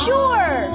Sure